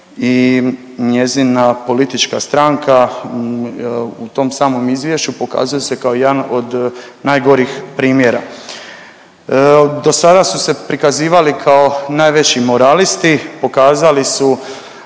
i njezina politička stranka u tom samom izvješću pokazuje se kao jedan od najgorih primjera. Do sada su se prikazivali kao najveći moralisti, pokazali su